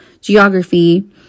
geography